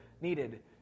needed